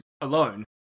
alone